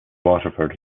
waterford